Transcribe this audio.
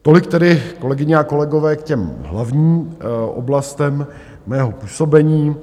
Tolik tedy, kolegyně a kolegové, k těm hlavní oblastem mého působení.